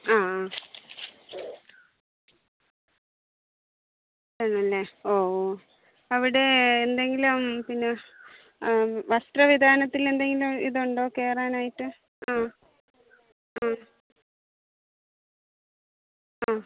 ആ ആ ആണല്ലേ ഓ ഓ അവിടെ എന്തെങ്കിലും പിന്നെ വസ്ത്രവിധാനത്തിൽ എന്തെങ്കിലും ഇതുണ്ടോ കയറാനായിട്ട് ആ ആ ആ